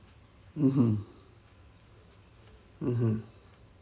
mmhmm mmhmm